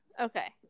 Okay